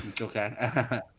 Okay